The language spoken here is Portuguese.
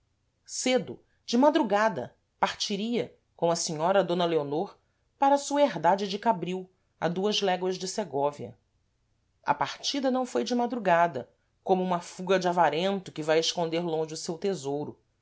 cedo de madrugada partiria com a senhora d leonor para a sua herdade de cabril a duas léguas de segóvia a partida não foi de madrugada como uma fuga de avarento que vai esconder longe o seu tesoiro